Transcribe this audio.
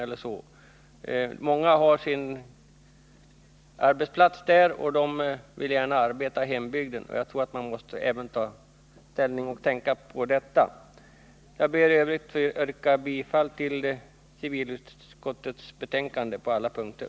De som har sin arbetsplats där uppe vill gärna fortsätta att arbeta i sin hembygd, och jag tror att man måste ta hänsyn även till detta. Herr talman! Jag ber att få yrka bifall till civilutskottets hemställan på alla punkter.